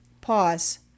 Pause